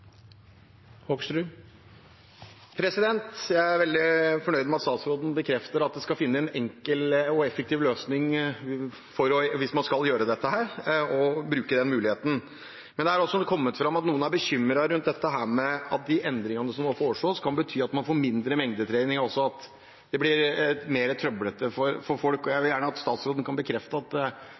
registreringssystem. Jeg er veldig fornøyd med at statsråden bekrefter at man skal finne en enkel og effektiv løsning hvis man skal gjøre dette, og bruke den muligheten. Men det har kommet fram at noen er bekymret for at de endringene som foreslås, kan bety at man får mindre mengdetrening, og at det blir mer trøblete for folk. Jeg vil gjerne at statsråden